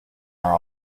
are